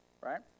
right